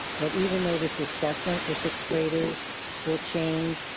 that even though this assessment for sixth graders will change,